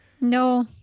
No